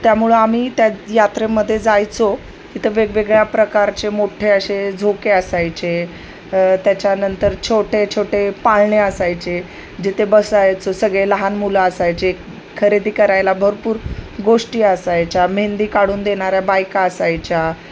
त्यामुळं आम्ही त्या यात्रेमध्ये जायचो तिथं वेगवेगळ्या प्रकारचे मोठे असे झोके असायचे त्याच्यानंतर छोटे छोटे पाळणे असायचे जिथे बसायचो सगळे लहान मुलं असायचे खरेदी करायला भरपूर गोष्टी असायच्या मेहेंदी काढून देणाऱ्या बायका असायच्या